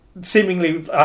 seemingly